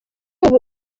ubu